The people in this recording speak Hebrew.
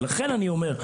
ולכן אני אומר,